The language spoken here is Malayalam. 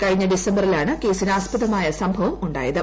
കഴിഞ്ഞ ഡിസംബറിലാണ് കേസിന് ആസ്പദമായ സംഭവം ഉണ്ടായത്